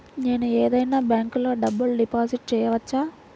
నేను ఏదైనా బ్యాంక్లో డబ్బు డిపాజిట్ చేయవచ్చా?